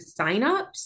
signups